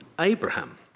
Abraham